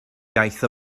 iaith